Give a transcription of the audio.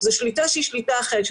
זו שליטה שהיא שליטה אחרת.